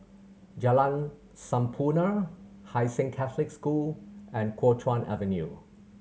Jalan Sampurna Hai Sing Catholic School and Kuo Chuan Avenue